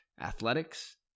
Athletics